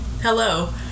hello